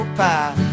pie